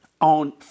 On